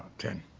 ten.